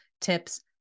tips